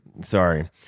Sorry